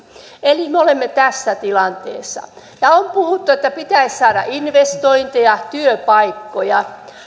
eli me olemme tässä tilanteessa on puhuttu että pitäisi saada investointeja työpaikkoja